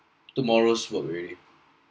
tomorrow's work already